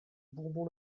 bourbon